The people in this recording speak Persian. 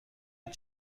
این